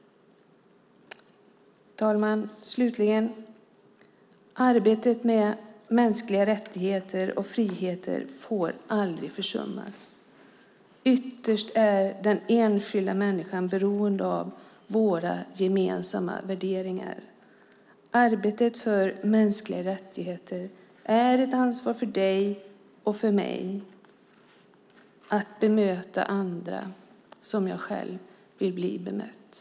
Herr talman! Arbetet med mänskliga rättigheter och friheter får aldrig försummas. Ytterst är den enskilda människan beroende av våra gemensamma värderingar. Arbetet för mänskliga rättigheter är ett ansvar för dig och för mig att bemöta andra som vi själva vill bli bemötta.